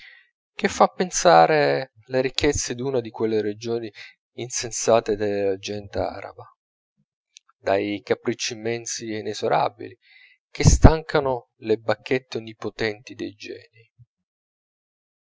che fan pensare alle ricchezze d'una di quelle regine insensate delle leggende arabe dai capricci immensi e inesorabili che stancano le bacchette onnipotenti dei genii